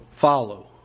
follow